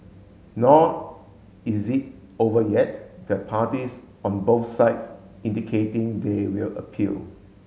nor is it over yet the parties on both sides indicating they will appeal